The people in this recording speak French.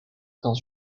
dans